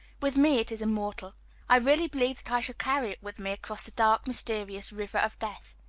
with me it is immortal i really believe that i shall carry it with me across the dark, mysterious river of death.